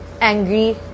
angry